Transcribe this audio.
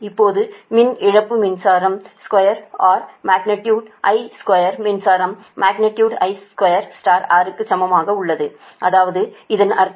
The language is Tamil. இப்போது மின் இழப்பு மின்சாரம் ஸ்குயா் R மக்னிடியுடு I2 மின்சாரம் மக்னிடியுடு I2 R க்கு சமமாக உள்ளது அதாவது இதன் அர்த்தம் 787